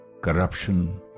corruption